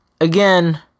Again